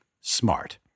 smart